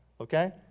Okay